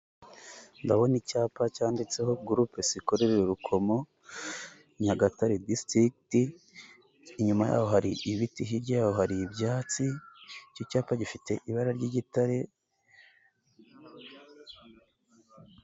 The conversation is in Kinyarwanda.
Ndabona icyapa cyanditseho gurupe zikorere Rukomo Nyagatare disitirigiti, inyuma y'aho hari ibiti, hirya y'aho hari ibyatsi, icyo cyapa gifite ibara ry'igitare.